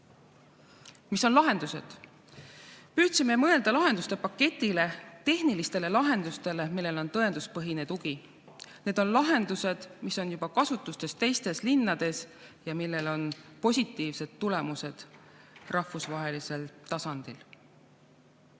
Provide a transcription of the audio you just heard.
Mis on lahendused? Püüdsime mõelda lahendustepaketile, tehnilistele lahendustele, millel on tõenduspõhine tugi. Need on lahendused, mis on juba kasutuses teistes linnades ja millel on positiivsed tulemused rahvusvahelisel tasandil.